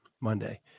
monday